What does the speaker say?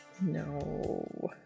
No